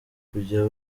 kujya